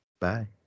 Bye